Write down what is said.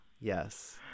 Yes